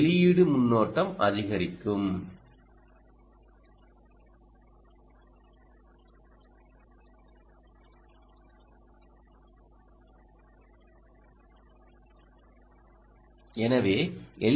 வெளியீடு மின்னோட்டம் அதிகரிக்கும் எனவே எல்